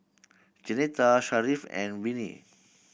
Jeanetta Sharif and Vinie